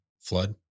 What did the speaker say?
Flood